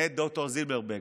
מאת ד"ר זילברברג,